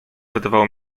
wydawało